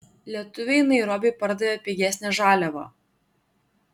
lietuviai nairobiui pardavė pigesnę žaliavą